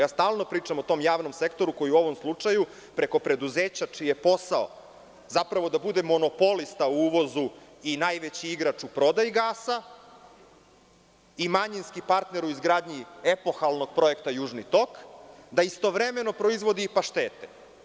Stalno pričam o tom javnom sektoru koji u ovom slučaju preko preduzeća čiji je posao zapravo da bude monopolista u uvozu i najveći igrač u prodaji gasa i manjinski partner u izgradnji epohalnog projekta „Južni tok“, da istovremeno proizvodi i paštete.